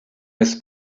his